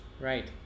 right